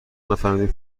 نفهمدیم